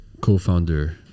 co-founder